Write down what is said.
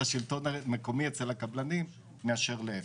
השלטון המקומי אצל הקבלנים מאשר להפך.